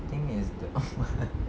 I think it's the